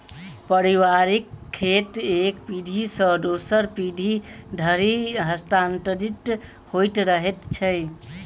पारिवारिक खेत एक पीढ़ी सॅ दोसर पीढ़ी धरि हस्तांतरित होइत रहैत छै